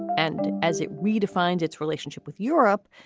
and as it redefines its relationship with europe,